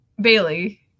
Bailey